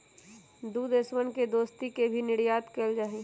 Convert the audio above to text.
दु देशवन के दोस्ती ला भी निर्यात कइल जाहई